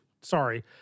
sorry